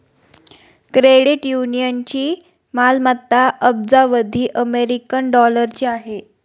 credit युनियनची मालमत्ता अब्जावधी अमेरिकन डॉलरची आहे